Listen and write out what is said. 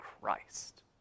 Christ